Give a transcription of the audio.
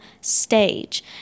stage